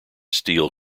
steel